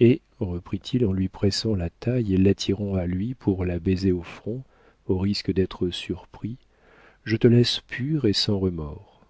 et reprit-il en lui pressant la taille et l'attirant à lui pour la baiser au front au risque d'être surpris je te laisse pure et sans remords